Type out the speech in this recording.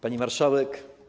Pani Marszałek!